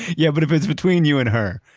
yeah, but if it's between you and her,